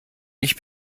ich